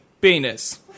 penis